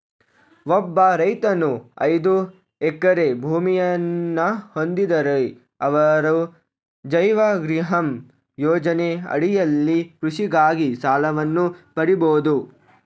ಒಬ್ಬ ರೈತನು ಐದು ಎಕರೆ ಭೂಮಿಯನ್ನ ಹೊಂದಿದ್ದರೆ ಅವರು ಜೈವ ಗ್ರಿಹಮ್ ಯೋಜನೆ ಅಡಿಯಲ್ಲಿ ಕೃಷಿಗಾಗಿ ಸಾಲವನ್ನು ಪಡಿಬೋದು